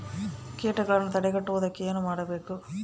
ಕೇಟಗಳನ್ನು ತಡೆಗಟ್ಟುವುದಕ್ಕೆ ಏನು ಮಾಡಬೇಕು?